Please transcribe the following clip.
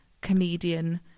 comedian